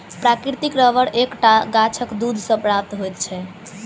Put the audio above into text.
प्राकृतिक रबर एक टा गाछक दूध सॅ प्राप्त होइत छै